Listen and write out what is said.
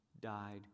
died